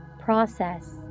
process